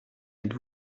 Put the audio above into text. êtes